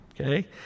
okay